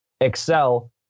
excel